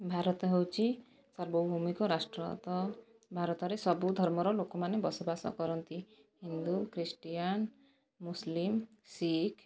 ଭାରତ ହେଉଛି ସାର୍ବଭୌମିକ ରାଷ୍ଟ୍ର ତ ଭାରତରେ ସବୁ ଧର୍ମର ଲୋକମାନେ ବସବାସ କରନ୍ତି ହିନ୍ଦୁ ଖ୍ରୀଷ୍ଟିଆନ ମୁସଲିମ୍ ଶିଖ୍